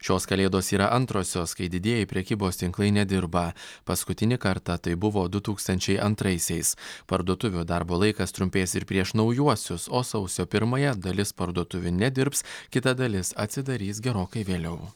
šios kalėdos yra antrosios kai didieji prekybos tinklai nedirba paskutinį kartą tai buvo du tūkstančiai antraisiais parduotuvių darbo laikas trumpės ir prieš naujuosius o sausio pirmąją dalis parduotuvių nedirbs kita dalis atsidarys gerokai vėliau